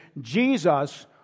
Jesus